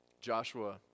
Joshua